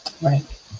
Right